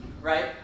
Right